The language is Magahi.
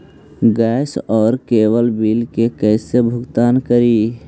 गैस और केबल बिल के कैसे भुगतान करी?